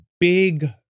big